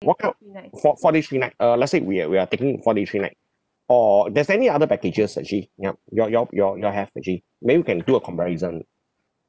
what kind of four four days three night uh let's say we are we are taking four days three night or there's any other packages actually ya y'all y'all y'all y'all have actually maybe we can do a comparison